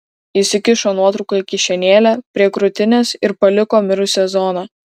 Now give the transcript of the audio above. įsikišo nuotrauką į kišenėlę prie krūtinės ir paliko mirusią zoną